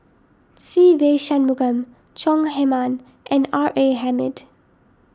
Se Ve Shanmugam Chong Heman and R A Hamid